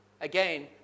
Again